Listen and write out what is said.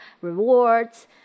rewards